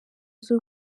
z’u